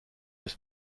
his